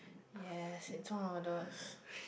yes it's one of those